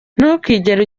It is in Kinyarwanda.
ntukigere